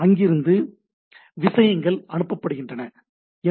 அங்கிருந்து விஷயங்கள் அனுப்பப்படுகின்றன சரி